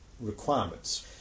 requirements